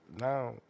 now